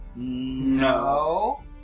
no